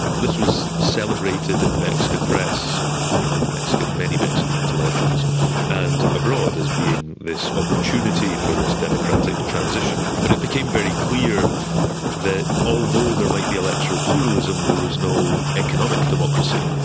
this was celebrated in the mexican press and among many mexican intellectuals and abroad as being this opportunity for this democratic transition. but it became very clear that although there might be electoral pluralism, there was no economic democracy.